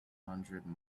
hundred